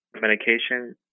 medication